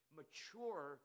mature